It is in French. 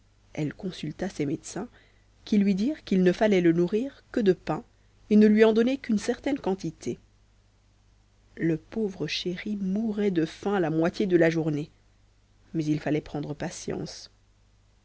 elle consulta ses médecins qui lui dirent qu'il ne fallait le nourrir que de pain et ne lui en donner qu'une certaine quantité le pauvre chéri mourait de faim la moitié de la journée mais il fallait prendre patience